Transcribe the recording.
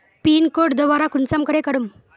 Pin code दोबारा कुंसम करे करूम?